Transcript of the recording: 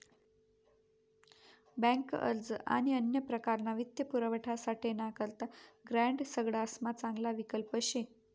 bank अर्ज आणि अन्य प्रकारना वित्तपुरवठासाठे ना करता ग्रांड सगडासमा चांगला विकल्प शे